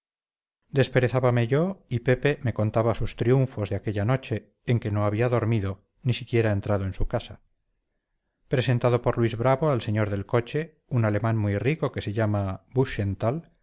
necesitábamos desperezábame yo y pepe me contaba sus triunfos de aquella noche en que no había dormido ni siquiera entrado en su casa presentado por luis bravo al señor del coche un alemán muy rico que se llama